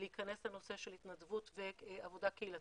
להיכנס לנושא של התנדבות ועבודה קהילתית,